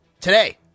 Today